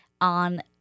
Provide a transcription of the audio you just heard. on